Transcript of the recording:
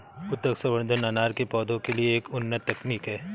ऊतक संवर्धन अनार के पौधों के लिए एक उन्नत तकनीक है